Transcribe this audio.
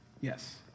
Yes